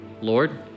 Lord